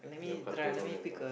nail cutter don't have lah